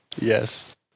Yes